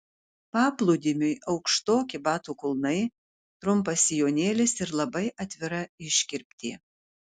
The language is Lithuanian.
paplūdimiui aukštoki batų kulnai trumpas sijonėlis ir labai atvira iškirptė